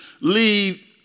leave